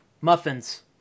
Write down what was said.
muffins